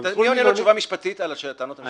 מי עונה לו תשובה משפטית על הטענות המשפטיות?